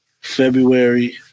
February